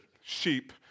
sheep